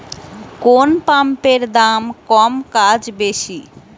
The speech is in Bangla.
কোন পাম্পের দাম কম কাজ বেশি?